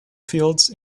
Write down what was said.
fields